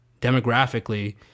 Demographically